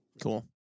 Cool